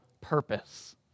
purpose